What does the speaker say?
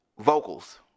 vocals